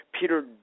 Peter